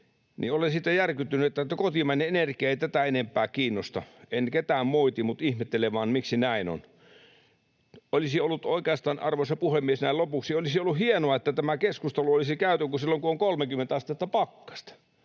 — ja olen siitä järkyttynyt, että kotimainen energia ei tätä enempää kiinnosta. En ketään moiti, mutta ihmettelen vaan, miksi näin on. Näin lopuksi, arvoisa puhemies, olisi ollut hienoa, että tämä keskustelu olisi käyty silloin, kun on 30 astetta pakkasta.